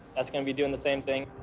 that's going to be doing the same thing.